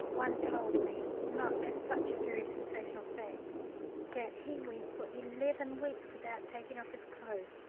one told me not as such a very sensational fact that he went for eleven weeks without taking off his clothes,